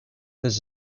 this